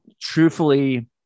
truthfully